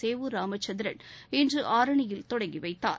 சேவூர் ராமச்சந்திரன் இன்று ஆரணியில் தொடங்கி வைத்தார்